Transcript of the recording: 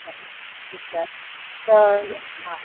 अच्छा अच्छा ठीकु आहे त हा